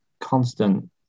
constant